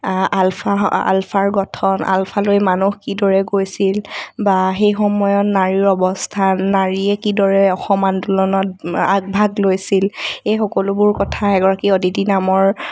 আলফা আলফাৰ গঠন আলফালৈ মানুহ কিদৰে গৈছিল বা সেই সময়ৰ নাৰীৰ অৱস্থা নাৰীয়ে কিদৰে অসম আন্দোলনত আগভাগ লৈছিল এই সকলোবোৰ কথা এগৰাকী অদিতি নামৰ